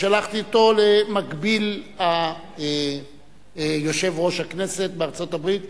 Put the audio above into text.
ושלחתי אותו למקביל יושב-ראש הכנסת בארצות-הברית,